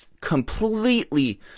completely